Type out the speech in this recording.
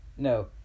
No